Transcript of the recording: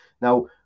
Now